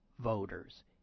voters